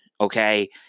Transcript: okay